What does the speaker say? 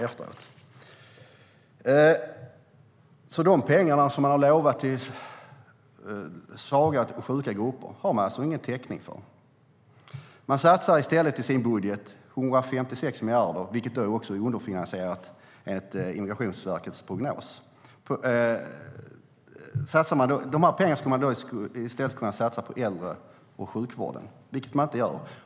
De pengar som Socialdemokraterna har lovat till svaga och sjuka grupper har de alltså ingen täckning för. De satsar i stället 156 miljarder i sin budget, vilket också är underfinansierat, enligt Migrationsverkets prognos. Dessa pengar skulle man i stället kunna satsa på vården av äldre och sjuka, vilket man inte gör.